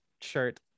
shirt